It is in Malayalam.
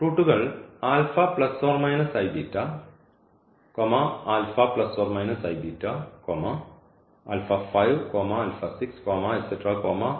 റൂട്ടുകൾ ആണെന്ന് നമുക്ക് എടുക്കാം